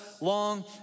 long